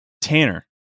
Tanner